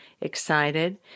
excited